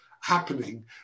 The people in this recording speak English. happening